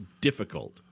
difficult